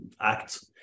act